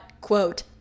quote